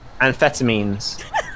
amphetamines